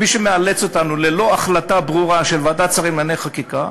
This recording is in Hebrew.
מי שמאלץ אותנו ללא החלטה ברורה של ועדת שרים לענייני חקיקה,